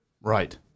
right